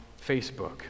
Facebook